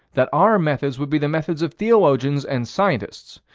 that our methods would be the methods of theologians and scientists,